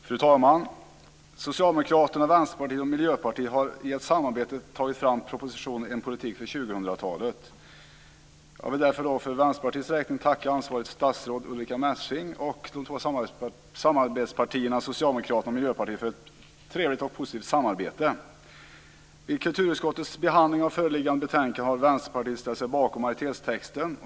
Fru talman! Socialdemokraterna, Vänsterpartiet och Miljöpartiet har i ett samarbete tagit fram propositionen om en idrottspolitik för 2000-talet. Jag vill för Vänsterpartiets räkning tacka ansvarigt statsråd Ulrica Messing och de två samarbetspartierna Socialdemokraterna och Miljöpartiet för ett trevligt och positivt samarbete. Vid kulturutskottets behandling av föreliggande betänkande har Vänsterpartiet ställt sig bakom majoritetstexten.